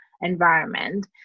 environment